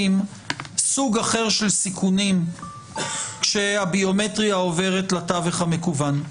סוג אחר של סיכונים כשהביומטריה עוברת לתווך המכוון,